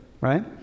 right